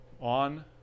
on